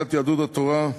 לסיעת יהדות התורה,